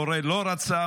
המורה לא רצה,